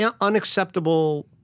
unacceptable